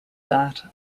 that